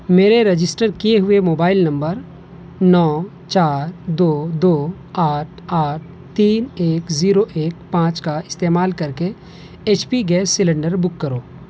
میرے رجسٹر کیے ہوئے موبائل نمبر نو چار دو دو آٹھ آٹھ تین ایک زیرو ایک پانچ کا استعمال کر کے H P gas cylinder book کرو